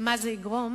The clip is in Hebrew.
מה זה יגרום